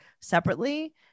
separately